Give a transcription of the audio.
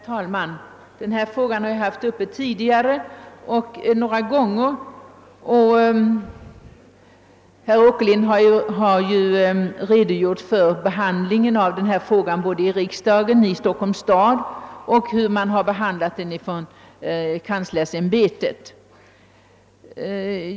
Herr talman! Denna fråga har vi behandlat några gånger tidigare, och herr Åkerlind har redogjort för behandlingen av den i både riksdagen, Stockholms stad och universitetskanslersämbetet.